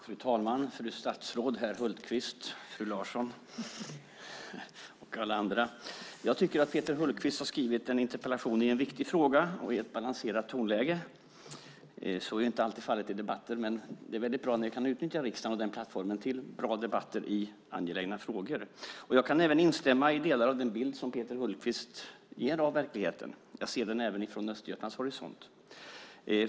Fru talman! Fru statsråd! Herr Hultqvist! Fru Larsson! Alla andra! Jag tycker att Peter Hultqvist har skrivit en interpellation i en viktig fråga och i ett balanserat tonläge. Så är inte alltid fallet i debatterna, men det är bra när vi kan utnyttja riksdagen och den plattformen till bra debatter i angelägna frågor. Jag kan även instämma i delar av den bild som Peter Hultqvist ger av verkligheten. Jag ser den även från Östergötlands horisont.